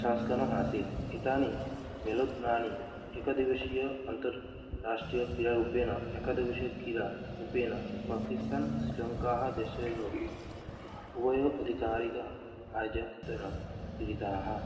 संस्करणम् आसीत् एतानि मेलोत्नानि एकदिवसीय अन्ताराष्ट्रीयक्रीडारूपेण एकदिवसीयक्रीडारूपेण पाकिस्तान् श्रीलङ्कादेशयोः उभय अधिकारिकः आयोजकत्वेन क्रीडिताः